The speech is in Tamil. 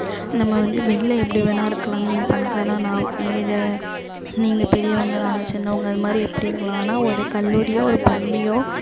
நம்ம வந்து வெளில எப்படி வேணால் இருக்கலாம் நீ பணக்காரன் நான் ஏழை நீங்கள் பெரியவங்க நாங்கள் சின்னவங்க அதுமாதிரி எப்படி இருக்கலாம் ஆனால் ஒரு கல்லூரியோ ஒரு பள்ளியோ